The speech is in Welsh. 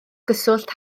gyswllt